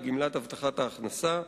לגמלת הבטחת ההכנסה,